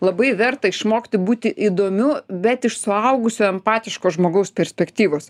labai verta išmokti būti įdomiu bet iš suaugusio empatiško žmogaus perspektyvos